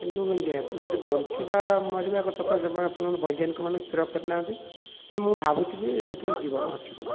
କିନ୍ତୁ ଯେହେତୁ ସେଠି ବଞ୍ଚିବା ମରିବା କଥା ତ ସେମାନେ ଏପର୍ଯ୍ୟନ୍ତ ବୈଜ୍ଞାନିକ ମାନେ ସ୍ଥିର କରି ନାହାନ୍ତି କିନ୍ତୁ ମୁଁ ଭାବୁଛି ଯେ ସେଠି ଜୀବନ ଅଛି ବୋଲି